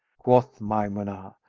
quoth maymunah,